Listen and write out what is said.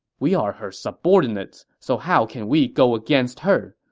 we are her subordinates, so how can we go against her?